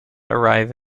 arrive